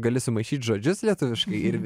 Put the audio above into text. gali sumaišyt žodžius lietuviškai ir